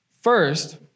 First